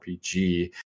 RPG